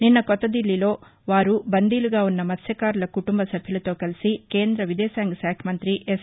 నిన్న కొత్త దిబ్లీలో వారు బందీలుగా ఉన్న మత్స్వకారుల కుటుంబ సభ్యులతో కలసి కేంద్ర విదేశాంగశాఖ మంతి ఎస్